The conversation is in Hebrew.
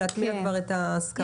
להטמיע כבר את ההסכמה.